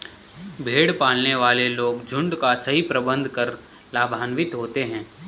भेड़ पालने वाले लोग झुंड का सही प्रबंधन कर लाभान्वित होते हैं